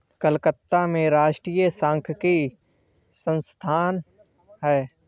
कलकत्ता में राष्ट्रीय सांख्यिकी संस्थान है